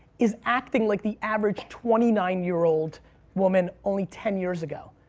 is acting like the average twenty nine year old woman only ten years ago.